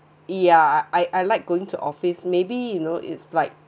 ya I I like going to office maybe you know it's like